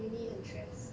uni 很 stress